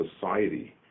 society